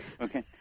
Okay